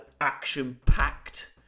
action-packed